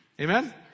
Amen